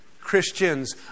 Christians